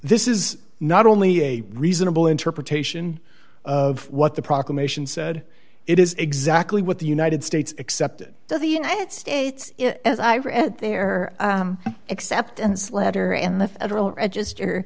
this is not only a reasonable interpretation of what the proclamation said it is exactly what the united states accepted the united states as i are at their acceptance letter and the federal register